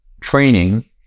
training